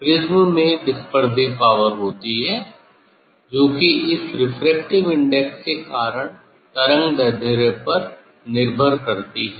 prism में dispersive power होती है जो की इस रेफ्रेक्टिव इंडेक्स के कारण तरंगदैर्ध्य पर निर्भर करती है